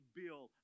bill